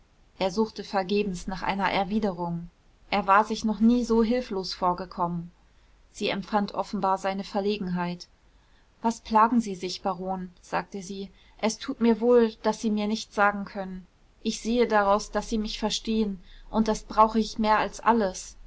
er suchte vergebens nach einer erwiderung er war sich noch nie so hilflos vorgekommen sie empfand offenbar seine verlegenheit was plagen sie sich baron sagte sie es tut mir wohl daß sie mir nichts sagen können ich sehe daraus daß sie mich verstehen und das brauche ich mehr als alles